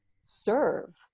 serve